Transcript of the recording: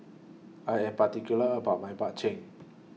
I Am particular about My Bak Chang